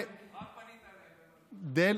רק פנית אליהם, הם הלכו.